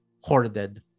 hoarded